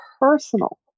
personal